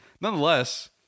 nonetheless